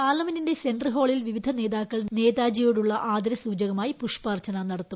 പാർലമെന്റിന്റെ സെന്റർ ഹാളിൽ വിവിധ നേതാക്കൾ നേതാജിയോടുള്ള ആദരസൂചകമായി പുഷ്പാർച്ചന നടത്തും